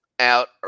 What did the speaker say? Out